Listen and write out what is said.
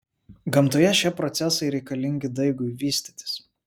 gamtoje šie procesai reikalingi daigui vystytis